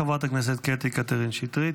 חברת הכנסת קטי קטרין שטרית.